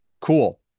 cool